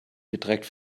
beträgt